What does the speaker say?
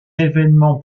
événements